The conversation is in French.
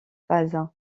phase